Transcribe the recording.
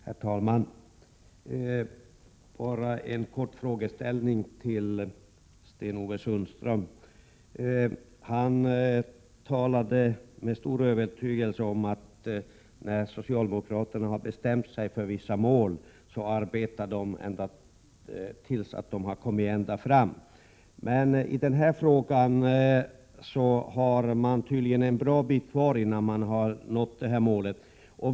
Herr talman! Bara en kort fråga till Sten-Ove Sundström. Han talade med stor övertygelse om att när socialdemokraterna har bestämt sig för ett visst mål arbetar de tills de kommer ända fram. I denna fråga har man tydligen en bra bit kvar innan man når målet.